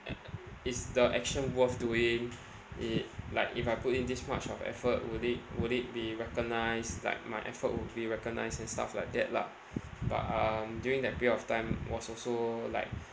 uh is the action worth doing it like if I put in this much of effort will it would it be recognised like my effort would be recognised and stuff like that lah but um during that period of time was also like